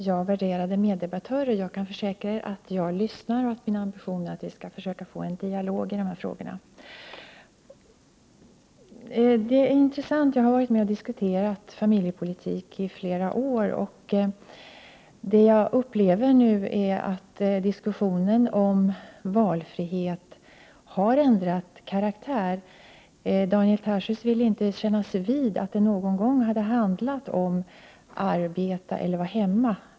Herr talman! Jag kan försäkra mina värderade meddebattörer om att jag lyssnar och att min ambition är att få en dialog i dessa frågor. Jag har varit med och diskuterat familjepolitik i flera år. Det jag upplever nu är att diskussionen om valfrihet har ändrat karaktär. Daniel Tarschys vill inte kännas vid att det någon gång handlat om att arbeta eller vara hemma.